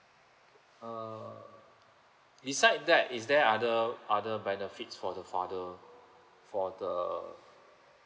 uh beside that is there other other benefits for the father for the